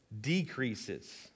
decreases